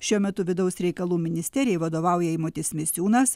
šiuo metu vidaus reikalų ministerijai vadovauja eimutis misiūnas